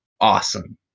awesome